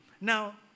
Now